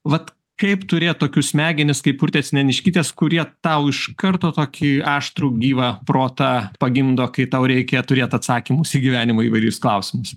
vat kaip turėt tokius smegenis kaip urtės neniškytės kurie tau iš karto tokį aštrų gyvą protą pagimdo kai tau reikia turėt atsakymus į gyvenimo įvairius klausimus